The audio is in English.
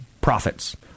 profits